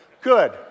Good